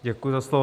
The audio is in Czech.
Děkuji za slovo.